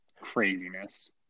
craziness